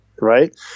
Right